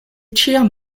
ĉiam